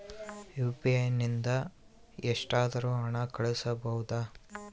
UPI ನಿಂದ ಎಷ್ಟಾದರೂ ಹಣ ಕಳಿಸಬಹುದಾ?